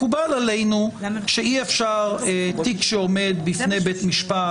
מקובל עלינו שתיק שעומד בפני בית משפט,